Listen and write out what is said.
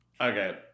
Okay